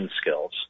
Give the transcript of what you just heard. skills